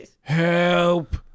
help